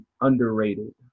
underrated